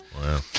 Wow